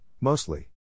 mostly